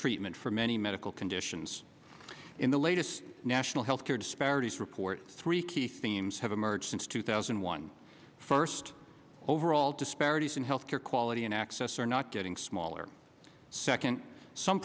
treatment for many medical conditions in the latest national health care disparities report three key themes have emerged since two thousand and one first overall disparities in health care quality and access are not getting smaller second some